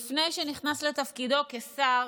לתפקידו כשר